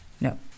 No